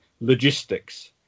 logistics